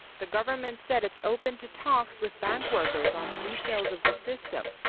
the government said it's open to talks with bank workers on the details of the system,